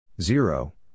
zero